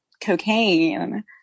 cocaine